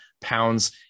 pounds